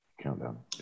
Countdown